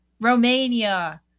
Romania